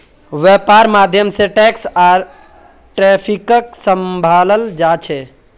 वैपार्र माध्यम से टैक्स आर ट्रैफिकक सम्भलाल जा छे